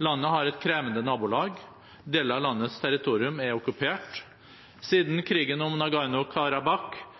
Landet har et krevende nabolag. Deler av landets territorium er okkupert. Siden krigen om